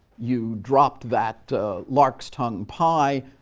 you dropped that lark's tongue pie.